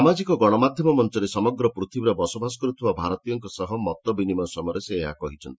ସାମାଜିକ ଗଣମାଧ୍ୟମ ମଞ୍ଚରେ ସମଗ୍ର ପୃଥିବୀରେ ବସବାସ କରୁଥିବା ଭାରତୀୟମାନଙ୍କ ସହ ମତବିନିମୟ ସମୟରେ ସେ ଏହା କହିଛନ୍ତି